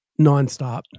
nonstop